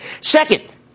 Second